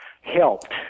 helped